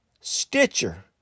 Stitcher